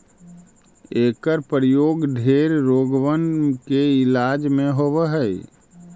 एकर प्रयोग ढेर रोगबन के इलाज में होब हई